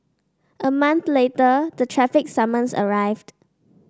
a month later the traffic summons arrived